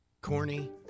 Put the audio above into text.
Corny